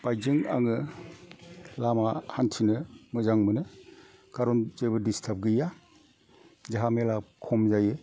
बाइकजों आङो लामा हान्थिनो मोजां मोनो खारन जेबो दिसथाब गैया जाहा मेला खम जायो